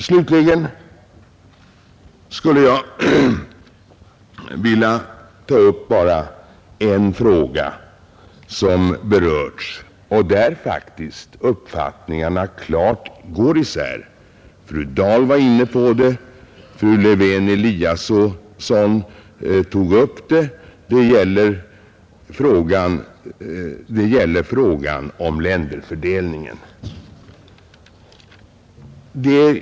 Slutligen skulle jag vilja ta upp en fråga där uppfattningarna faktiskt klart går isär; fru Dahl var inne på det, fru Lewén-Eliasson tog upp det. Det gäller frågan om länderfördelningen.